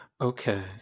Okay